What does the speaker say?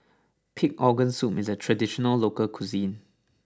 Pig Organ Soup is a traditional local cuisine